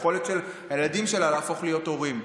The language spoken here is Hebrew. תישלל היכולת של הילדים שלה להפוך להיות הורים.